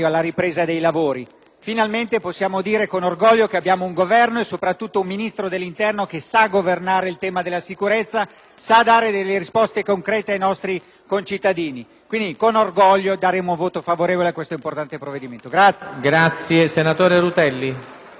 Finalmente possiamo dire con orgoglio che abbiamo un Governo e soprattutto un Ministro dell'interno che sa governare il tema della sicurezza, sa dare risposte concrete ai nostri cittadini. Quindi, con orgoglio voteremo a favore di questo importante provvedimento.